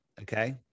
Okay